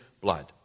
blood